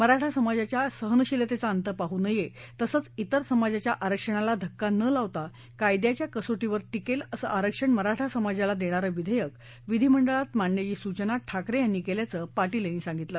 मराठा समाजाच्या सहनशिलतद्यी अंत पाह नयत्तिसंच इतर समाजाच्या आरक्षणाला धक्का न लावता कायद्याच्या कसोटीवर टिक्लि असं आरक्षण मराठा समाजाला दप्तीरं विधारक विधी मंडळात मांडण्याची सूचना ठाकरखिनी कल्याचं पाटील यांनी सांगितलं